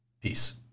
Peace